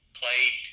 played